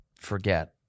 Forget